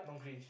don't cringe